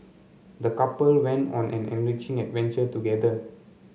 the couple went on an enriching adventure together